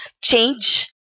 change